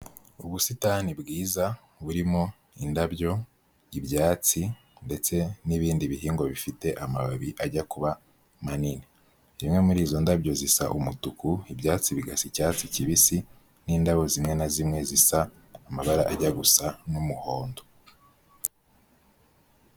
Ubusitani bwiza burimo indabyo, ibyatsi ndetse n'ibindi bihingwa bifite amababi ajya kuba manini. Zimwe muri izo ndabyo zisa umutuku ibyatsi bigasa icyatsi kibisi, n'indabo zimwe na zimwe zisa amabara ajya gusa n'umuhondo.